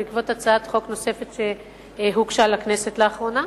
בעקבות הצעת חוק נוספת שהוגשה לכנסת לאחרונה,